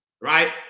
right